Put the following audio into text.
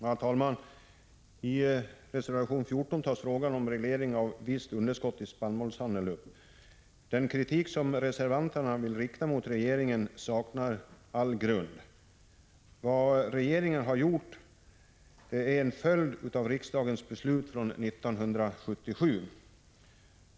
Herr talman! I reservation nr 14 tas frågan om reglering av visst underskott i spannmålshandeln upp. Den kritik som reservanterna vill rikta mot regeringen saknar all grund. Vad regeringen har gjort, det är att följa riksdagens beslut från 1977.